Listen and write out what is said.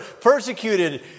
persecuted